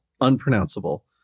unpronounceable